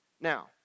Now